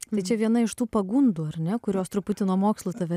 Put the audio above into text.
bet čia viena iš tų pagundų ar ne kurios truputį nuo mokslų tave